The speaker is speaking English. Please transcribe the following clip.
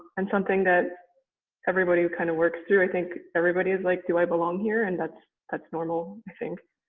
and something that everybody kind of works through. i think everybody is like do i belong here? and that's that's normal, i think.